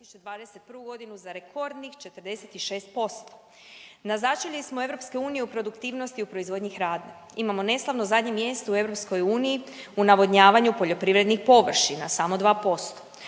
za rekordnih 46%. Na začelju smo EU u produktivnosti u proizvodnji hrane. Imamo neslavno zadnje mjesto u EU u navodnjavanju poljoprivrednih površina, samo 2%.